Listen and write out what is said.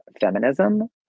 feminism